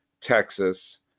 Texas